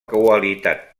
qualitat